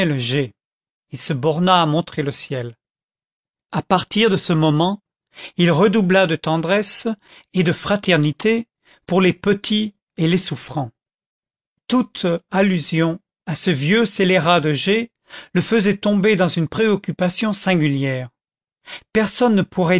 il se borna à montrer le ciel à partir de ce moment il redoubla de tendresse et de fraternité pour les petits et les souffrants toute allusion à ce vieux scélérat de g le faisait tomber dans une préoccupation singulière personne ne pourrait